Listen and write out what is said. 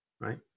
right